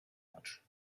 much